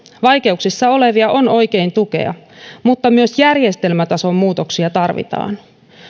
vaikeuksissa olevia on oikein tukea mutta myös järjestelmätason muutoksia tarvitaan